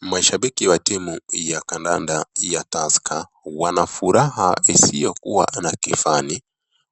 Mashabiki wa timu ya kandanda ya Tusker wana furaha isiyokuwa na kifani